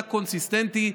אתה קונסיסטנטי,